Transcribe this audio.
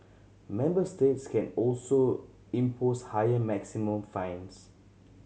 member states can also impose higher maximum fines